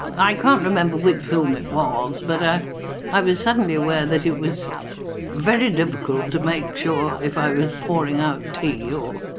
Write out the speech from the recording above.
i can't remember which film it was but i was suddenly aware that it was very difficult to make sure if i was pouring out tea or